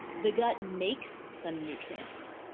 the gut makes some nutrients.